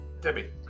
Debbie